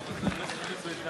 התשע"ה 2015,